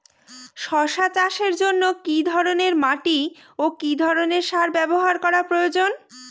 শশা চাষের জন্য কি ধরণের মাটি ও কি ধরণের সার ব্যাবহার করা প্রয়োজন?